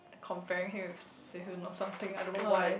comparing him with Sehun or something I don't know why